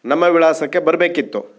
ನಮ್ಮ ವಿಳಾಸಕ್ಕೆ ಬರಬೇಕಿತ್ತು